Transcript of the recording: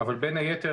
בין היתר,